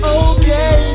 okay